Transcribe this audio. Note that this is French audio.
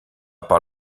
par